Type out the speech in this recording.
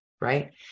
right